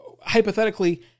Hypothetically